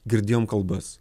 girdėjom kalbas